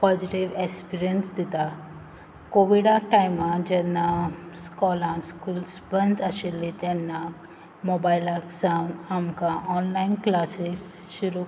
positive experience दिता कोविडार टायमान जेन्ना स्कॉलां स्कुल्स बंद आशिल्लीं तेन्ना मोबायलाक सावन आमकां ऑनलायन क्लासीस सुरू